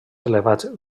elevats